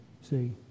See